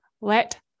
Let